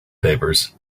papers